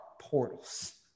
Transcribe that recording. portals